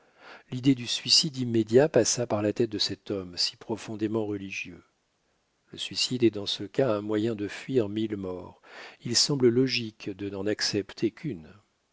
l'idée du suicide immédiat passa par la tête de cet homme si profondément religieux le suicide est dans ce cas un moyen de fuir mille morts il semble logique de n'en accepter